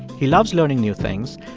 he loves learning new things,